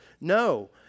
No